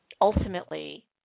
ultimately